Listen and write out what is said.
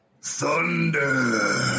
Thunder